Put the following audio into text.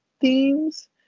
themes